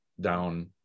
down